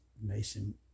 Mason